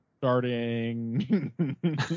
Starting